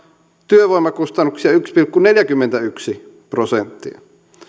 työvoimakustannuksia yksi pilkku neljäkymmentäyksi prosenttia